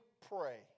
pray